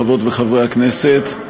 חברות וחברי הכנסת,